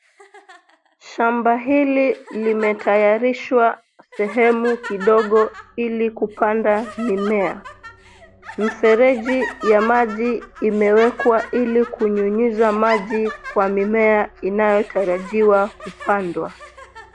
Shamba hili limetayarishwa sehemu kidogo ili kupanda mimea. Mifereji ya maji imewekwa ili kunyunyiza maji kwa mimea inayotarajiwa kupandwa.